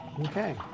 Okay